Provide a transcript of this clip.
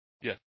Yes